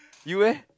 you eh